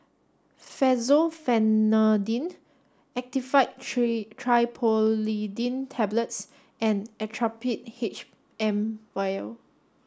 Fexofenadine Actifed tree Triprolidine Tablets and Actrapid H M Vial